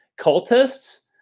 cultists